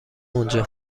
اونجا